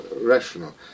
rational